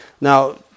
Now